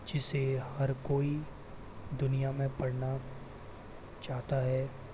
जिसे हर कोई दुनिया में पढ़ना चाहता है